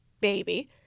baby